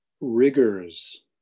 rigors